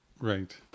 Right